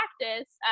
practice